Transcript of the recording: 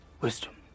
Wisdom